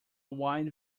wide